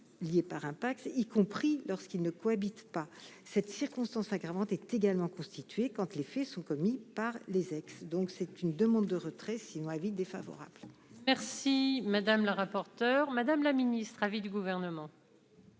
lié par un Pacs, y compris lorsqu'ils ne cohabitent pas cette circonstance aggravante est également constitué Kant, les faits sont commis par les ex-donc c'est une demande de retrait sinon avis défavorable. Merci madame la rapporteure, Madame la Ministre à vie du gouvernement.